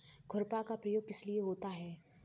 खुरपा का प्रयोग किस लिए होता है?